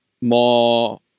more